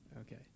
Okay